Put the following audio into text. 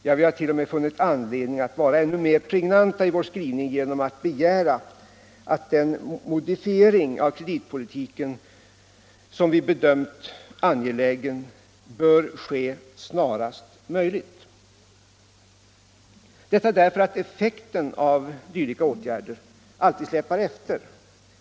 Ja, vi har t.o.m. funnit anledning att vara ännu mer pregnanta i vår skrivning genom att begära att den modifiering av kreditpolitiken som vi bedömt angelägen bör ske snarast möjligt — detta därför att effekten av dylika åtgärder alltid släpar efter.